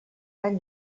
tan